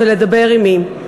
עמי.